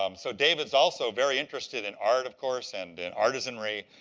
um so david is also very interested in art, of course, and an artisanry.